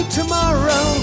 tomorrow